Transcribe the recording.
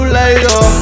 later